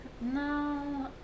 No